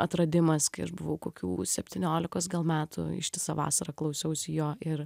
atradimas kai aš buvau kokių septyniolikos gal metų ištisą vasarą klausiausi jo ir